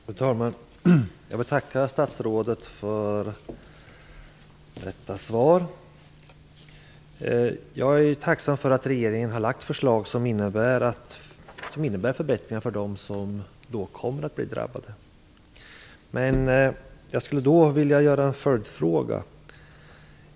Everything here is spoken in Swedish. Fru talman! Jag vill tacka statsrådet för detta svar. Jag är tacksam för att regeringen har lagt fram förslag som innebär förbättringar för dem som kommer att bli drabbade. Men jag skulle vilja ställa en följdfråga.